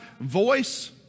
voice